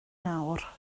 nawr